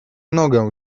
nogę